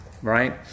Right